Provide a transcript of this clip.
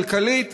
כלכלית,